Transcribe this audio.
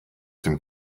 dem